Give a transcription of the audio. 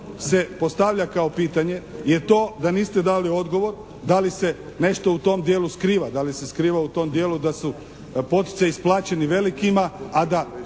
se postavlja kao pitanje je to da niste dali odgovor da li se nešto u tom dijelu skriva? Da li se skriva u tom dijelu da su poticaji isplaćeni velikima a da